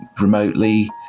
remotely